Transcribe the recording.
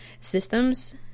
systems